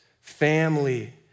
family